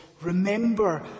Remember